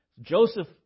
Joseph